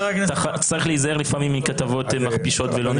צריך להיזהר לפעמים מכתבות מכפישות ולא נכונות.